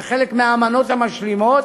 זה חלק מהאמנות המשלימות